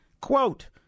Quote